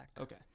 Okay